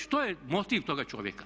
Što je motiv toga čovjeka?